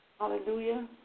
Hallelujah